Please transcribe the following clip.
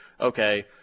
okay